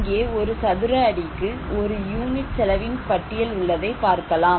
இங்கே ஒரு சதுர அடிக்கு ஒரு யூனிட் செலவின் பட்டியல் உள்ளதை பார்க்கலாம்